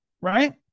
right